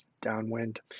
downwind